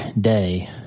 day